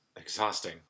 exhausting